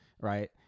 Right